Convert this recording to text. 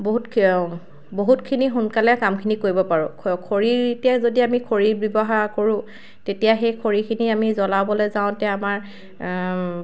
বহুত বহুতখিনি সোনকালে কামখিনি কৰিব পাৰোঁ খৰিতে যদি আমি খৰি ব্যৱহাৰ কৰোঁ তেতিয়া সেই খৰিখিনি জ্বলাবলৈ যাওঁতে আমাৰ